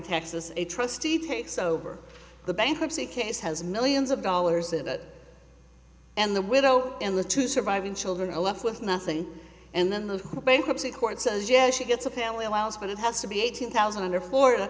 texas a trustee takes over the bankruptcy case has millions of dollars of it and the widow and the two surviving children are left with nothing and then the bankruptcy court says yes she gets a family allowance but it has to be eighteen thousand under florida